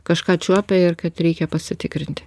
kažką čiuopia ir kad reikia pasitikrinti